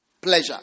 pleasure